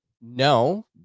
No